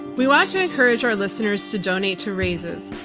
we want to encourage our listeners to donate to raices,